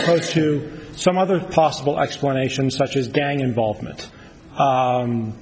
opposed to some other possible explanations such as gang involvement